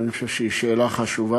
ואני חושב שהיא שאלה חשובה.